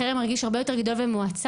החרם מרגיש הרבה יותר גדול ומועצם.